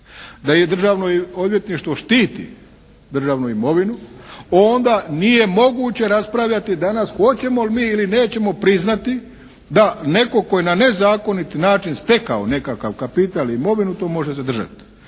da je Državno odvjetništvo štiti državnu imovinu onda nije moguće raspravljati danas hoćemo li mi ili nećemo priznati da netko tko je na nezakoniti način stekao nekakav kapital i imovinu to može zadržati.